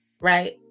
Right